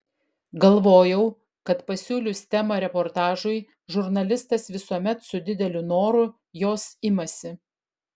galvojau kad pasiūlius temą reportažui žurnalistas visuomet su dideliu noru jos imasi